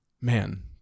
man